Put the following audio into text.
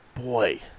Boy